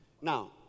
Now